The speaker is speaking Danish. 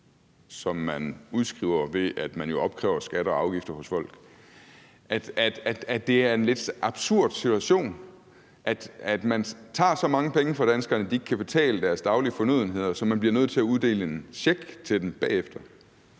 som man udskriver, ved at man jo opkræver skatter og afgifter hos folk, altså at det er en lidt absurd situation? Man tager så mange penge fra danskerne, at de ikke kan betale deres daglige fornødenheder, så man bliver nødt til at uddele en check til dem bagefter.